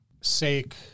sake